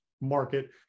market